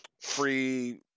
free